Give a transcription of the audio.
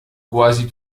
quasi